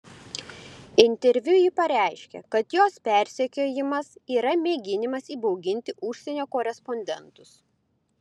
interviu ji pareiškė kad jos persekiojimas yra mėginimas įbauginti užsienio korespondentus